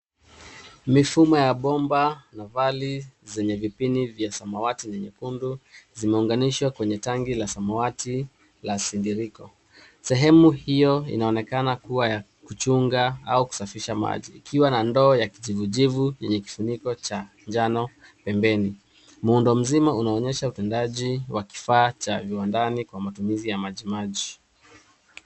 Mifumo ya bomba na vali zenye vipini vya samawati na nyekundu zimeunganishwa kwenye tanki la samawati la sindiriko. Sehemu hiyo inaonekana kuwa ya kuchunga au kusafisha maji. Ikiwa na ndoo ya kijivujivu yenye kifuniko cha jano pembeni. Muundo mzima unaonyesha utendaji wa kifaa cha viwandani kwa matumizi ya majimaji.